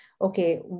okay